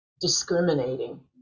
discriminating